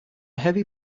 heavy